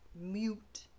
mute